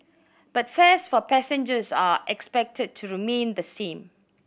but fares for passengers are expected to remain the same